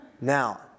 Now